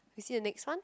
you see the next one